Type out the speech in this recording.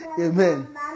Amen